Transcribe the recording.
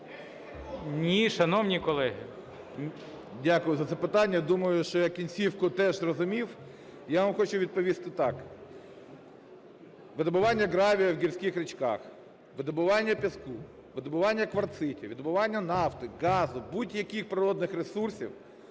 АБРАМОВСЬКИЙ Р.Р. Дякую за це питання. Думаю, що я кінцівку теж зрозумів. Я вам хочу відповісти так. Видобування гравію у гірських річках, видобування піску, видобування кварцитів, видобування нафти, газу, будь-яких природних ресурсів